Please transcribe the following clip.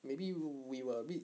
maybe we were a bit